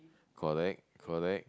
correct correct